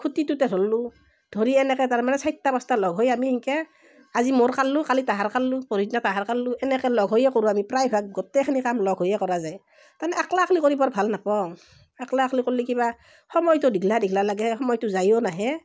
খুটিটোতে ধৰিলোঁ ধৰি এনেকৈ তাৰমানে চাইটা পাঁচটা লগ হৈ আমি এনেকৈ আজি মোৰ কাঢ়িলোঁ কালি তাহাৰ কাঢ়িলোঁ পৰহি দিনা কাহাৰ কাঢ়িলোঁ এনেকৈ লগ হৈয়ে কৰোঁ আমি প্ৰায়ভাগ গোটেইখিনি কাম লগ হৈয়ে কৰা যায় তাৰমানে একলা একলা কৰি বৰ ভাল নাপাওঁ একলা একলা কৰলি কিবা সময়টো দীঘল দীঘল লাগে সময়টো যায়ো লাহে